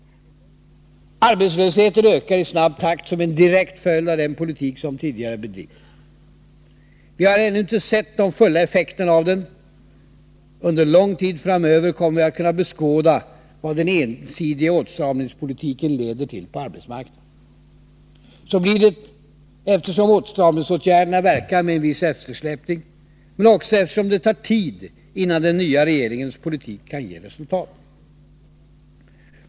Arbetslösheten ökar i snabb takt som en direkt följd av den politik som tidigare bedrivits. Vi har ännu inte sett de fulla effekterna av den. Under lång tid framöver kommer vi att kunna beskåda vad den ensidiga åtstramningspolitiken leder till på arbetsmarknaden. Så blir det eftersom åtstramningsåtgärderna verkar med en viss eftersläpning, men också eftersom det tar tid innan den nya regeringens politik kan ge resultat.